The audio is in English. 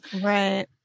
right